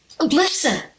Listen